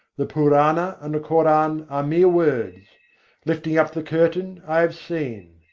the purana and the koran are mere words lifting up the curtain, i have seen.